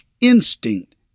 instinct